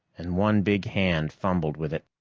and one big hand fumbled with it.